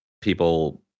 people